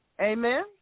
Amen